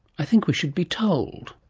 i think we should be told!